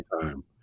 time